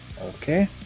Okay